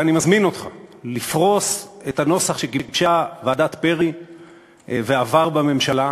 אני מזמין אותך לפרוס את הנוסח שגיבשה ועדת פרי ועבר בממשלה.